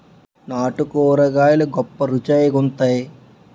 నాటు కూరగాయలు గొప్ప రుచి గుంత్తై